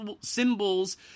symbols